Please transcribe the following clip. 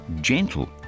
gentle